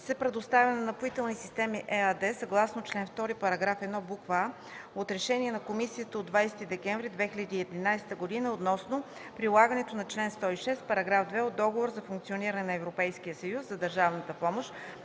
предоставят на „Напоителни системи” – ЕАД, съгласно чл. 2, параграф 1, буква „а” от Решение на Комисията от 20 декември 2011 г. относно прилагането на чл. 106, параграф 2 от Договора за функционирането на Европейския съюз за държавната помощ